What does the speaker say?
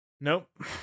Nope